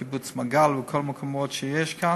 קיבוץ מגל וכל המקומות שיש כאן.